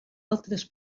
altres